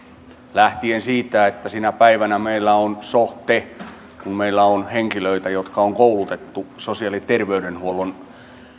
lähtien siitä että sinä päivänä meillä on sote kun meillä on henkilöitä jotka on koulutettu sosiaali ja terveydenhuollon